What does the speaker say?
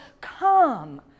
come